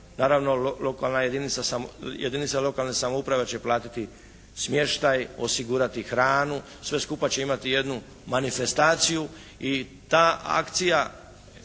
jedinica, jedinica lokalne samouprave će platiti smještaj, osigurati hranu, sve skupa će imati jednu manifestaciju i ta akcija